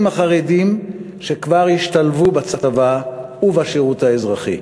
החרדים שכבר השתלבו בצבא ובשירות האזרחי.